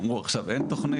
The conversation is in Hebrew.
אמרו עכשיו אין תכנית.